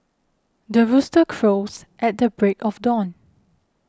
the rooster crows at the break of dawn